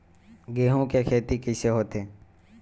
गेहूं के खेती कइसे होथे?